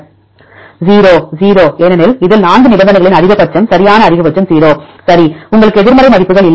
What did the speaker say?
0 0 ஏனெனில் இதில் 4 நிபந்தனைகளின் அதிகபட்சம் சரியான அதிகபட்சம் 0 சரி உங்களுக்கு எதிர்மறை மதிப்புகள் இல்லை